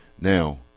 Now